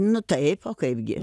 nu taip o kaipgi